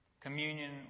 Communion